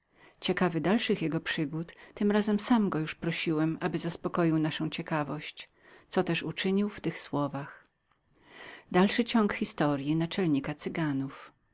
ciekawy dalszych jego przygód tym razem sam go już prosiłem aby zaspokoił naszą ciekawość co też uczynił w tych słowach